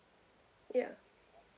ya